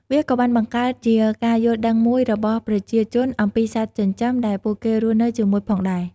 វាក៏បានបង្កើតជាការយល់ដឹងមួយរបស់ប្រជាជនអំពីសត្វចិញ្ចឹមដែលពួកគេរស់នៅជាមួយផងដែរ។